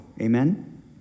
amen